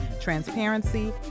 transparency